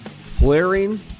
flaring